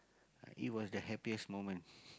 it was the happiest moment